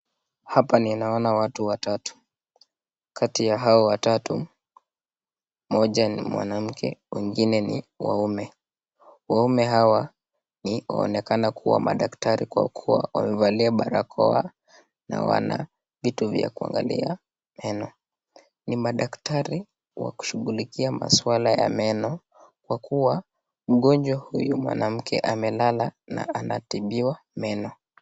Hapa ninaona watu watatu kati ya hawa watatu moja ni mwanamke mengine ni waume, waume hawa wanaonekana kuwa madakitari kwakuwa wamevalia barakoa na wanavitu vyakuangalia meno ni madakitari wa kushugulikia maswala ya meno kwakuwa mgonjwa huyu mwanamke amelala na anatibiwa meno.